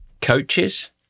coaches